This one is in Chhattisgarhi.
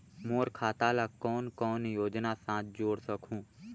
मोर खाता ला कौन कौन योजना साथ जोड़ सकहुं?